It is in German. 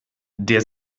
der